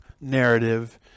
narrative